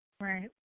Right